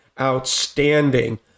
outstanding